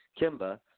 Kimba